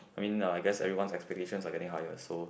I mean I guess everyone's expectations are getting higher so